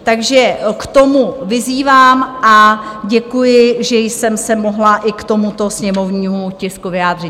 Takže k tomu vyzývám a děkuji, že jsem se mohla i k tomuto sněmovnímu tisku vyjádřit.